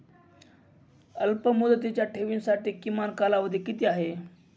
अल्पमुदतीच्या ठेवींसाठी किमान कालावधी किती आहे?